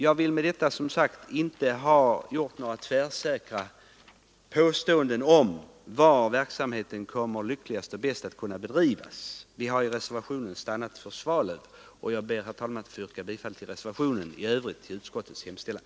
Jag vill med detta som sagt inte ha gjort några tvärsäkra påståenden om var verksamheten lyckligast och bäst kommer att kunna bedrivas. Vi har i reservationen stannat för Svalöv, och jag ber, herr talman, att få yrka bifall till reservationen och i övrigt till utskottets hemställan.